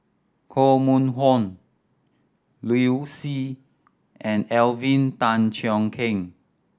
Koh Mun Hong Liu Si and Alvin Tan Cheong Kheng